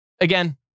Again